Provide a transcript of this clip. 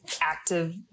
active